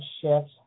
shift